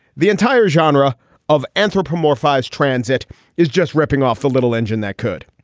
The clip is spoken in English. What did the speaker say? the entire genre of anthropomorphized transit is just ripping off the little engine that could.